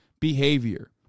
behavior